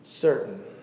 certain